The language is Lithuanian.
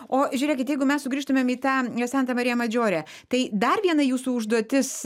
o žiūrėkit jeigu mes sugrįžtumėm į tą santa marija madžiore tai dar viena jūsų užduotis